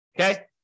Okay